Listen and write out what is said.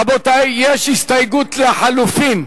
רבותי, יש הסתייגות לחלופין.